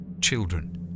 Children